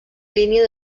línia